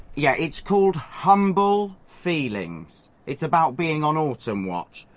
yeah, it's called humble feelings, it's about being on autumnwatch.